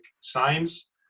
science